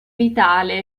vitale